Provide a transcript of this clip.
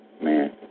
Man